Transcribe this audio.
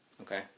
Okay